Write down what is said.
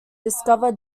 discover